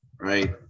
right